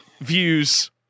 views